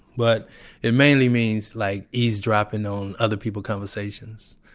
but it mainly means like eavesdropping on other people's conversations,